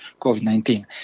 COVID-19